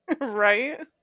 Right